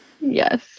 Yes